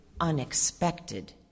unexpected